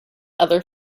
other